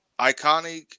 iconic